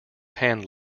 hand